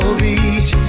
beach